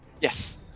Yes